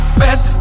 best